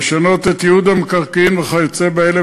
לשנות את ייעוד המקרקעין וכיוצא באלה,